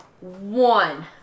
one